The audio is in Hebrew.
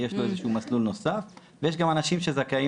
יש לו איזשהו מסלול נוסף ויש גם אנשים שזכאים